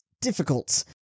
difficult